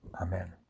Amen